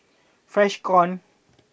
Freshkon